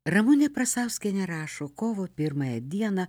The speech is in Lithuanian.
ramunė prasauskienė rašo kovo pirmąją dieną